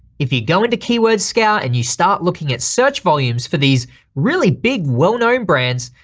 if you go into keyword scout and you start looking at search volumes for these really big well-known brands,